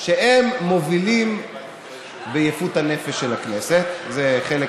שהם מובילים ביפות הנפש של הכנסת, זה חלק